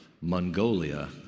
Mongolia